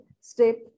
step